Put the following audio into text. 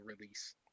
release